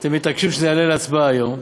אתם מתעקשים שזה יעלה להצבעה היום.